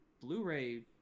blu-ray